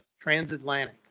transatlantic